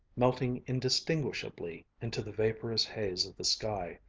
melting indistinguishably into the vaporous haze of the sky.